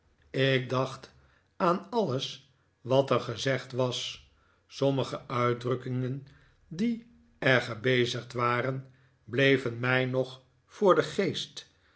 ik dacht aan alles wat er gezegd was sommige uitdrukkingen die er gebezigd waren bleven mij nog voor den geest